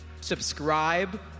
Subscribe